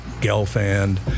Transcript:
Gelfand